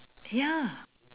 ya